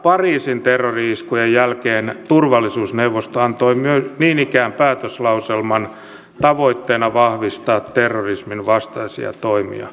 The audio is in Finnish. pariisin terrori iskujen jälkeen turvallisuusneuvosto antoi niin ikään päätöslauselman tavoitteena vahvistaa terrorismin vastaisia toimia